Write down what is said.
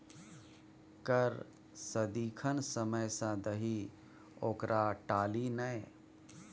कर सदिखन समय सँ दही ओकरा टाली नै